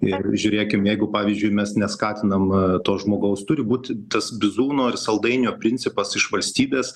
ir žiūrėkim jeigu pavyzdžiui mes neskatinam to žmogaus turi būti tas bizūno ir saldainio principas iš valstybės